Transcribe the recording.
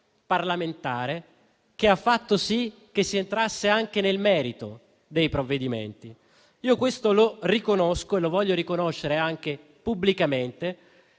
parlamentare, che ha fatto sì che si entrasse anche nel merito dei provvedimenti. Questo lo riconosco e lo voglio riconoscere anche pubblicamente,